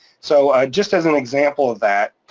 so, just as an example of that,